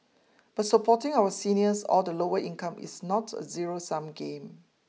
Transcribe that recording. but supporting our seniors or the lower income is not a zero sum game